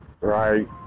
right